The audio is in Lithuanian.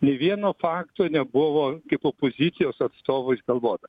nė vieno fakto nebuvo kaip opozicijos atstovo išgalvota